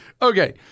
Okay